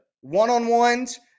One-on-ones